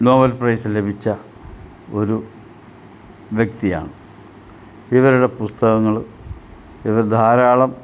Nobel prize ലഭിച്ച ഒരു വ്യക്തിയാണ് ഇവരുടെ പുസ്തകങ്ങൾ ഇവർ ധാരാളം